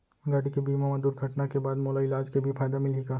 गाड़ी के बीमा मा दुर्घटना के बाद मोला इलाज के भी फायदा मिलही का?